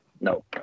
No